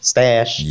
Stash